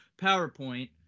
powerpoint